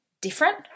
different